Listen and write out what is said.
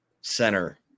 center